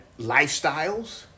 lifestyles